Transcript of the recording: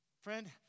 Friend